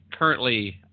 currently